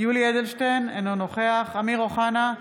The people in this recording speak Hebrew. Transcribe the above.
יולי יואל אדלשטיין, אינו נוכח אמיר אוחנה,